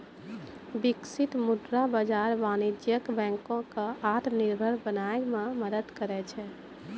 बिकसित मुद्रा बाजार वाणिज्यक बैंको क आत्मनिर्भर बनाय म मदद करै छै